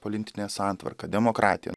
polintinė santvarka demokratija